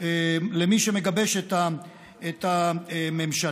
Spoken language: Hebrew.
למי שמגבש את הממשלה.